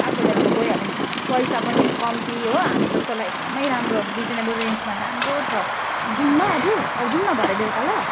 आएको बेलामा गइहालौँ पैसा पनि कम्ती हो हामी जस्तोलाई एकदमै राम्रो रिजनेबल रेन्जमा राम्रो छ जाऊँ ल आज औ जाऊँ न भरे बेलुका ल